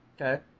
Okay